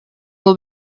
will